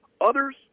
others